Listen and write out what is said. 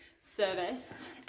service